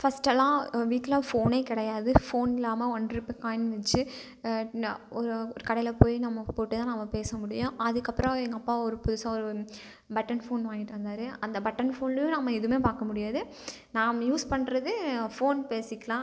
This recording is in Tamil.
ஃபஸ்ட்டெல்லாம் வீட்டில் ஃபோனே கிடையாது ஃபோன் இல்லாமல் ஒன் ருபி காய்ன் வச்சு ஒரு கடையில் போய் நம்ம போட்டு தான் நம்ம பேச முடியும் அதுக்கப்புறம் எங்கள் அப்பா ஒரு புதுசாக ஒரு பட்டன் ஃபோன் வாங்கிகிட்டு வந்தாரு அந்த பட்டன் ஃபோன்லேயும் நம்ம எதுவுமே பார்க்க முடியாது நாம் யூஸ் பண்ணுறது ஃபோன் பேசிக்கலாம்